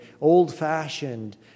old-fashioned